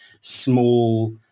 small